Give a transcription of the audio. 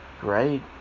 great